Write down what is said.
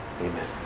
Amen